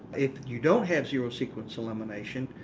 if you don't have zero sequence elimination,